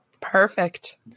Perfect